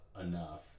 enough